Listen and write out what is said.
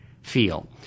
feel